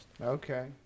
Okay